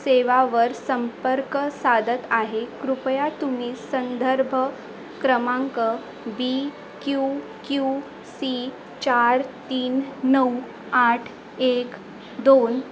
सेवावर संपर्क साधत आहे कृपया तुम्ही संदर्भ क्रमांक बी क्यू क्यू सी चार तीन नऊ आठ एक दोन